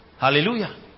Hallelujah